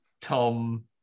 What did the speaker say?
Tom